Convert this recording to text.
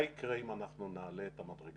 מה יקרה אם אנחנו נעלה את המדרגה